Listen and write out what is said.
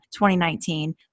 2019